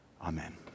Amen